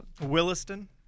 Williston